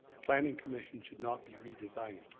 planning commission should not be redesigning.